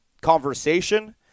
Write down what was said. conversation